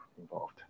involved